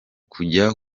kujya